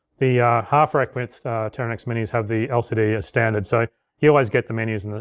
the half rack width teranex minis have the lcd as standard, so you always get the menus